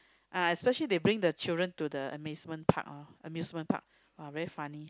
ah especially they bring the children to the amazement park loh amusement park !wah! very funny